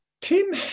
Tim